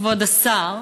כבוד השר,